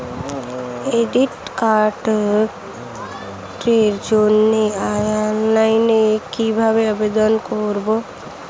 Credit কার্ডের জন্য অনলাইনে কিভাবে আবেদন করব?